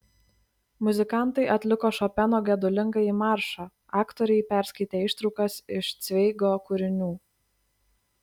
muzikantai atliko šopeno gedulingąjį maršą aktoriai perskaitė ištraukas iš cveigo kūrinių